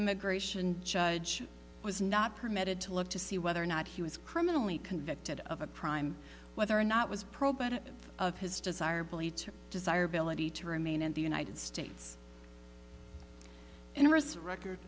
immigration judge was not permitted to look to see whether or not he was criminally convicted of a prime whether or not was pro but of his desire believe desirability to remain in the united states interests record